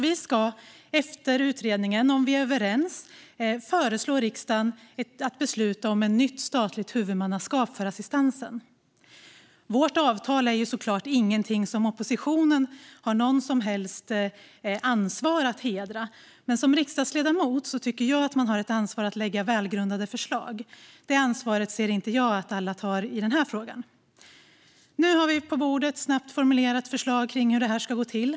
Vi ska efter utredningen, om vi är överens, föreslå riksdagen att besluta om ett nytt statligt huvudmannaskap för assistansen. Vårt avtal är såklart ingenting som oppositionen har något som helst ansvar att hedra. Men som riksdagsledamot tycker jag att man har ett ansvar att lägga fram välgrundade förslag. Detta ansvar ser jag inte att alla tar i denna fråga. Nu har vi ett snabbt formulerat förslag på bordet om hur detta ska gå till.